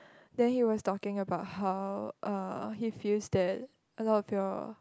then he was talking about how uh he feels that a lot of your